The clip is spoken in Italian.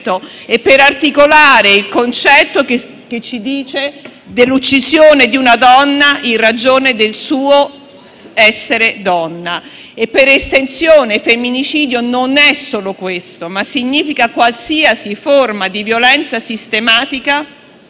e per articolare il concetto che ci dice dell'uccisione di una donna in ragione del suo essere donna. Per estensione, femminicidio è non solo questo, ma qualsiasi forma di violenza sistematica